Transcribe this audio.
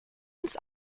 uns